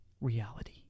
reality